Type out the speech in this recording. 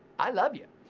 i love you.